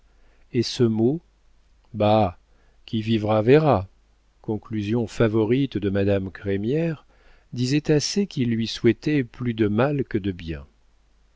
et ce mot bah qui vivra verra conclusion favorite de madame crémière disait assez qu'ils lui souhaitaient plus de mal que de bien